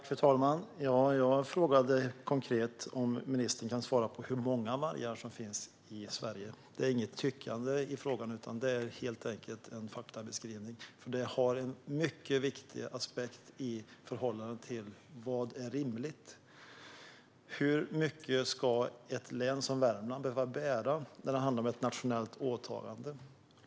Fru talman! Jag frågade om ministern kan svara på hur många vargar som finns i Sverige. Det handlar inte om tyckande i frågan utan helt enkelt om en faktabeskrivning. Det är också en mycket viktig aspekt i förhållande till vad som är rimligt. Hur mycket ska ett län som Värmland behöva bära när det handlar om ett nationellt åtagande?